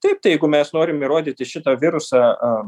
taip tai jeigu mes norim įrodyti šitą virusą